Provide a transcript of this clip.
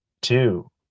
two